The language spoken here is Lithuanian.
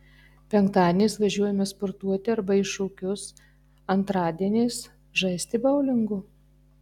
penktadieniais važiuojame sportuoti arba į šokius antradieniais žaisti boulingo